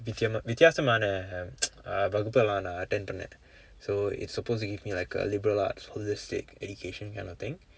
வித்தியாசமான:vitthiyaasamaana ah வகுப்பை நான்:vakuppai naan attend பண்ணன்:pannanan so it's supposed to give me like a liberal arts holistic education kind of thing